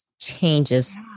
changes